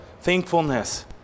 thankfulness